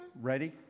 Ready